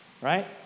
right